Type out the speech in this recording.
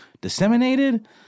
disseminated